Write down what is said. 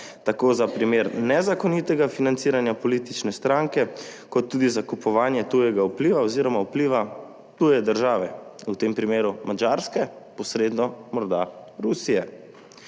tako za primer nezakonitega financiranja politične stranke kot tudi za kupovanje tujega vpliva oziroma vpliva tuje države, v tem primeru Madžarske, posredno morda Rusije.